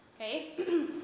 okay